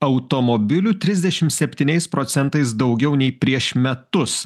automobilių trisdešim septyniais procentais daugiau nei prieš metus